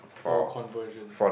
for conversion